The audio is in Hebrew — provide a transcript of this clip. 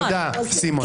תודה, סימון.